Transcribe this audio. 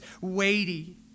weighty